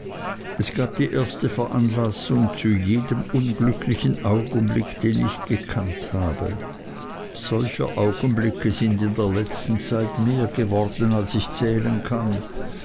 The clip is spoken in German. es gab die erste veranlassung zu jedem unglücklichen augenblick den ich gekannt habe solcher augenblicke sind in der letzten zeit mehr geworden als ich zählen kann